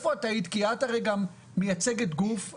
את הרי גם מייצגת גוף,